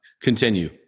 Continue